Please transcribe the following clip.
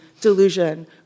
delusion